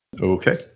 Okay